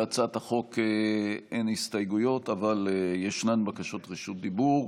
להצעת החוק אין הסתייגויות אבל יש בקשות דיבור.